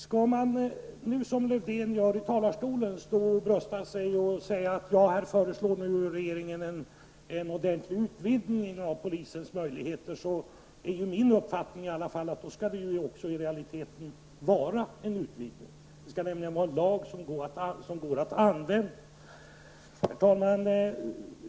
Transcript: Skall man som Lövdén stå och brösta sig i talarstolen och säga att regeringen föreslår en ordentlig utvidgning av polisens möjligheter, är min uppfattning att det i så fall också i realiteten skall vara fråga om en utvidgning. Det skall då gälla en lag som går att använda. Herr talman!